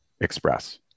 express